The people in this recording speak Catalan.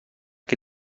qui